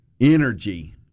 energy